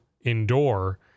indoor